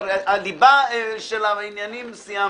עם הליבה של העניינים סיימנו.